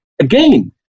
again